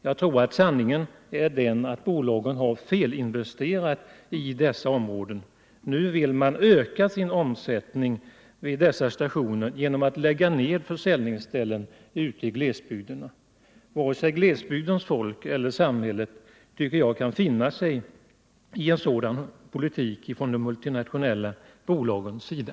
Jag tror att sanningen är den att bolagen har felinvesterat i dessa områden. Nu vill de öka sin omsättning vid dessa stora stationer genom att lägga ned försäljningsställen ute i glesbygderna. Varken glesbygdens folk eller samhället kan, tycker jag, finna sig i en sådan politik från de multinationella bolagens sida.